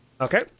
Okay